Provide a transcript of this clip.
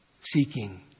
Seeking